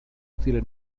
stile